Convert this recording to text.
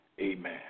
Amen